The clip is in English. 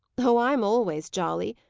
oh, i'm always jolly,